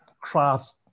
crafts